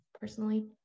personally